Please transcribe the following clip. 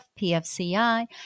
PFCI